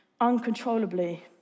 uncontrollably